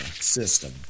System